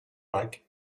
luck